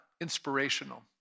inspirational